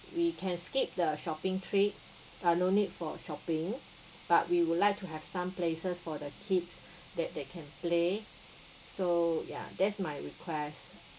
and we can skip the shopping trip uh no need for shopping but we would like to have some places for the kids that they can play so ya that's my request